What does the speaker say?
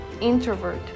introvert